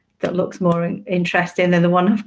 that looks more and interesting than the one